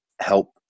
help